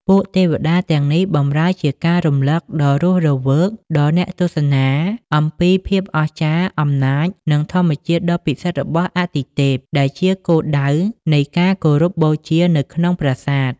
ពួកទេវតាទាំងនេះបម្រើជាការរំលឹកដ៏រស់រវើកដល់អ្នកទស្សនាអំពីភាពអស្ចារ្យ អំណាច និងធម្មជាតិដ៏ពិសិដ្ឋរបស់អាទិទេព ដែលជាគោលដៅនៃការគោរពបូជានៅក្នុងប្រាសាទ។